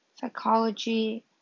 psychology